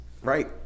Right